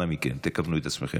אנא מכם, תכוונו את עצמכם.